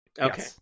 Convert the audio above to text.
Okay